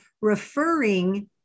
referring